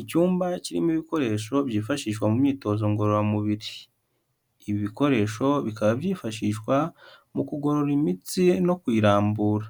Icyumba kirimo ibikoresho byifashishwa mu myitozo ngororamubiri, ibi bikoresho bikaba byifashishwa mu kugorora imitsi no kuyirambura